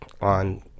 on